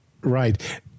Right